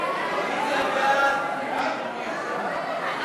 מניעה של דליפת מידע ביטחוני),